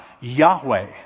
Yahweh